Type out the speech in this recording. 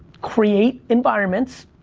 create environments.